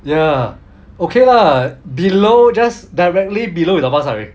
ya okay lah below just directly below the bus right